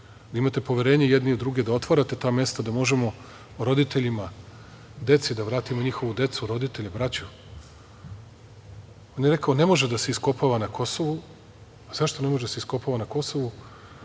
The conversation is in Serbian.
da imate poverenje jedni u druge, da otvarate ta mesta, da možemo roditeljima, deci, da vratimo njihovu decu, roditelje, braću, on je rekao – ne može da se iskopava na Kosovu. A zašto ne može da se iskopava na Kosovu?